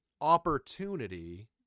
opportunity